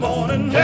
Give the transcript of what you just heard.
Morning